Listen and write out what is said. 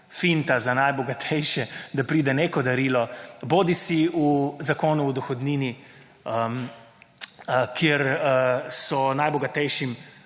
finta za najbogatejše, da pride neko darilo bodisi v Zakonu o dohodnini kjer so najbogatejšim